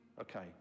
Okay